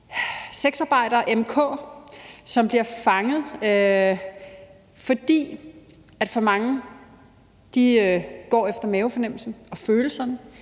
sexarbejdere m/k, som bliver fanget, fordi for mange går efter mavefornemmelsen og følelserne